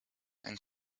and